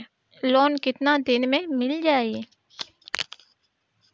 Loan कितना दिन में मिल जाई?